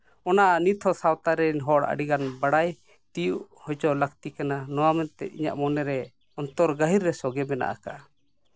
ᱚᱱᱟ ᱱᱤᱛᱦᱚᱸ ᱥᱟᱶᱛᱟ ᱨᱮᱱ ᱦᱚᱲ ᱟᱹᱰᱤᱜᱟᱱ ᱵᱟᱲᱟᱭ ᱛᱤᱭᱳᱜ ᱦᱚᱪᱚ ᱞᱟᱹᱠᱛᱤ ᱠᱟᱱᱟ ᱱᱚᱣᱟ ᱢᱮᱱᱛᱮ ᱤᱧᱟᱹᱜ ᱢᱚᱱᱮᱨᱮ ᱚᱱᱛᱚᱨ ᱜᱟᱹᱦᱤᱨ ᱨᱮ ᱥᱚᱜᱮ ᱢᱮᱱᱟᱜ ᱠᱟᱜᱼᱟ